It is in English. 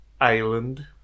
island